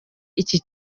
iki